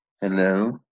Hello